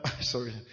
sorry